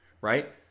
right